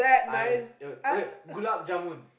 I okay okay gulab-jamun